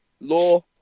Law